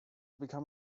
become